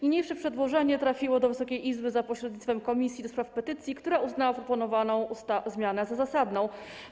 Niniejsze przedłożenie trafiło do Wysokiej Izby za pośrednictwem Komisji do Spraw Petycji, która uznała proponowaną zmianę za zasadną.